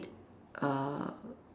err